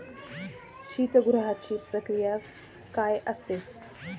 शीतगृहाची प्रक्रिया काय असते?